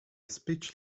speech